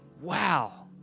Wow